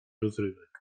rozrywek